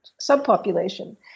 subpopulation